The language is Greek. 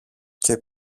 και